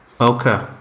Okay